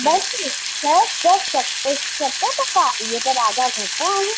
बसि छह सत टका इहे त ॾाढा घटि आहिनि